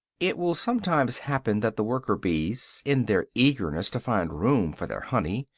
it will sometimes happen that the worker-bees, in their eagerness to find room for their honey,